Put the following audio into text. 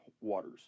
Waters